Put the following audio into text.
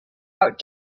out